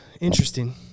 Interesting